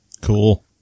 Cool